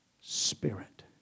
spirit